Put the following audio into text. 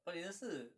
but 你的是